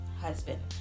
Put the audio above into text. husband